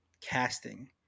casting